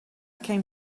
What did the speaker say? came